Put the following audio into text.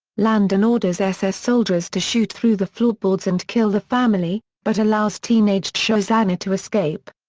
landa and orders ss soldiers to shoot through the floorboards and kill the family, but allows teenaged shosanna to escape.